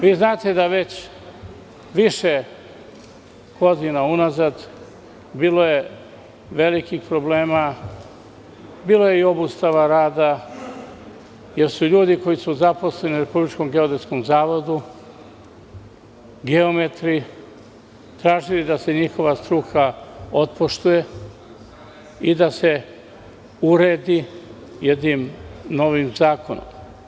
Vi znate da je već više godina unazad bilo velikih problema, bilo je i obustava rada, jer su ljudi koji su zaposleni u RGZ, geometri, tražili da se njihova struka otpoštuje i da se uredi jednim novim zakonom.